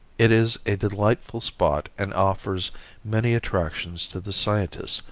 it is a delightful spot and offers many attractions to the scientist,